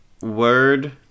Word